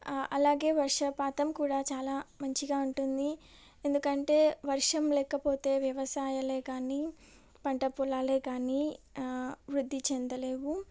అలాగే వర్షపాతం కూడా చాలా మంచిగా ఉంటుంది ఎందుకంటే వర్షం లేకపోతే వ్యవసాయాలే కానీ పంటపొలాలే కానీ వృద్ధి చెందలేవు